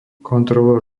kontrolór